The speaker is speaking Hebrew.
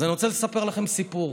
אז אני רוצה לספר לכם סיפור.